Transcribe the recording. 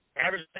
average